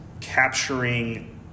capturing